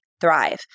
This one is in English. thrive